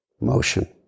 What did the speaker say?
motion